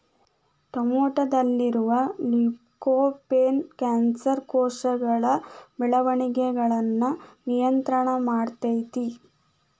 ಟೊಮೆಟೊದಲ್ಲಿರುವ lycopene cancer ಕೋಶಗಳ ಬೆಳವಣಿಗಯನ್ನ ನಿಯಂತ್ರಣ ಮಾಡ್ತೆತಿ